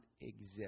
exist